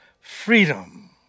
freedom